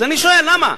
אז אני שואל למה.